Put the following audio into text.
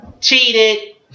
Cheated